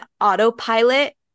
autopilot